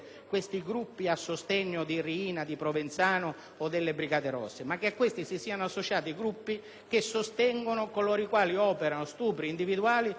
esistere gruppi a sostegno di Riina, di Provenzano o delle Brigate rosse, ma che a questi si siano associati gruppi a sostegno di coloro i quali operano stupri individuali